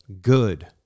Good